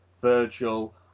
Virgil